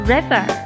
River